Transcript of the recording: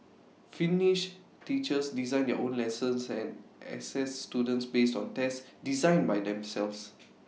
finnish teachers design their own lessons and assess students based on tests designed by themselves